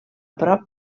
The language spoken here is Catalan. prop